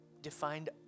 defined